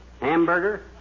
hamburger